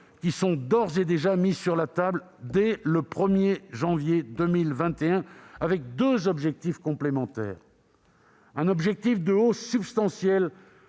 qui sont d'ores et déjà mis sur la table dès le 1janvier 2021 avec deux objectifs complémentaires : d'un côté, la hausse substantielle